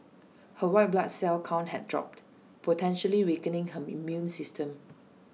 her white blood cell count had dropped potentially weakening her immune system